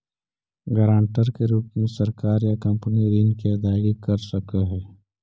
guarantor के रूप में सरकार या कंपनी ऋण के अदायगी कर सकऽ हई